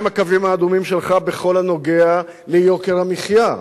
מה הם הקווים האדומים שלך בכל הנוגע ליוקר המחיה,